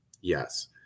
Yes